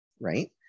right